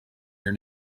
your